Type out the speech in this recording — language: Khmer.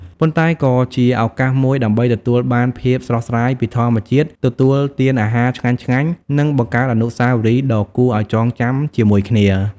ប៉ុន្តែក៏ជាឱកាសមួយដើម្បីទទួលបានភាពស្រស់ស្រាយពីធម្មជាតិ ទទួលទានអាហារឆ្ងាញ់ៗ និងបង្កើតអនុស្សាវរីយ៍ដ៏គួរឲ្យចងចាំជាមួយគ្នា។